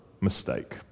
mistake